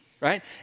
right